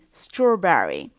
strawberry